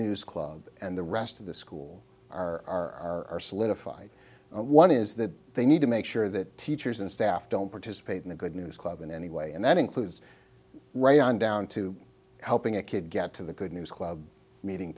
news club and the rest of the school are solidified one is that they need to make sure that teachers and staff don't participate in the good news club in any way and that includes right on down to helping a kid get to the good news club meeting